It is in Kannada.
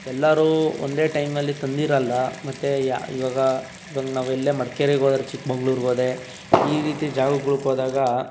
ಎಲ್ಲರೂ ಒಂದೆ ಟೈಮಲ್ಲಿ ತಂದಿರಲ್ಲ ಮತ್ತೆ ಇವಾಗ ಇವಾಗ ನಾವೆಲ್ಲೆ ಮಡಿಕೇರಿಗೆ ಹೋದೆ ಚಿಕ್ಕಮಗ್ಳೂರಿಗೆ ಹೋದೆ ಈ ರೀತಿ ಜಾಗಗಳಿಗೆ ಹೋದಾಗ